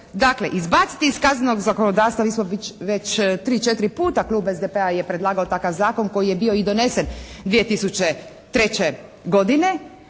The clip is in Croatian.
Dakle izbaciti iz kaznenog zakonodavstva, mi smo već tri-četiri puta klub SDP-a je predlagao takav zakon koji je bio i donesen 2003. godine,